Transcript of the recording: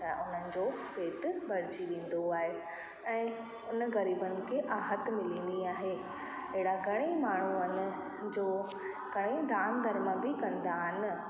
त उन्हनि जो पेट भरिजी वेंदो आहे ऐं उन ग़रीबनि खे राहत मिलंदी आहे अहिड़ा घणेई माण्हू आहिनि जो घणेई दान धर्म बि कंदा आहिनि